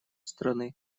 страны